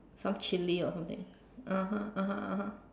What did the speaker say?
some chili or something (uh huh) (uh huh) (uh huh)